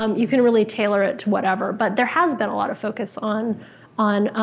um you can really tailor it to whatever, but there has been a lot of focus on on